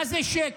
מה זה שקר?